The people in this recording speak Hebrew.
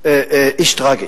איש טרגי,